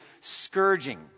scourging